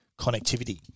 connectivity